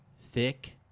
thick